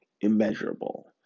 immeasurable